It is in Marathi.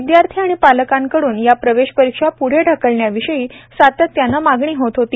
विद्यार्थी आणि पालकांकडून या प्रवेश परीक्षा पूढे ढकलण्याविषयी सातत्याने मागणी होत होती